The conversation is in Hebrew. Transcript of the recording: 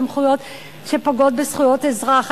סמכויות שפוגעות בזכויות אזרח.